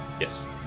Yes